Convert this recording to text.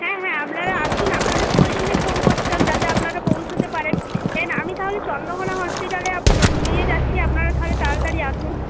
হ্যাঁ হ্যাঁ আপনারা আসুন আপনাদের তো ওই জন্যেই ফোন করছিলাম যাতে আপনারা পৌঁছাতে পারেন দেন আমি তাহলে চন্দ্রকোণা হসপিটালে নিয়ে যাচ্ছি আপনারা তাহলে তাড়াতাড়ি আসুন